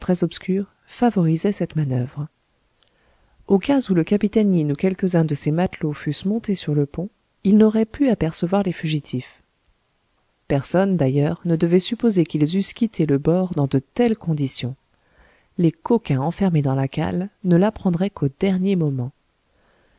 obscure favorisait cette manoeuvre au cas où le capitaine yin ou quelques-uns de ses matelots fussent montés sur le pont ils n'auraient pu apercevoir les fugitifs personne d'ailleurs ne devait supposer qu'ils eussent quitté le bord dans de telles conditions les coquins enfermés dans la cale ne l'apprendraient qu'au dernier moment